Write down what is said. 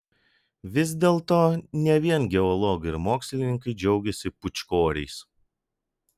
vis dėlto ne vien geologai ir mokslininkai džiaugiasi pūčkoriais